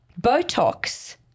Botox